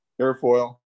airfoil